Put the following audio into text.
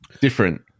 different